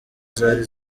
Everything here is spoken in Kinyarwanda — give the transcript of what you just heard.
zari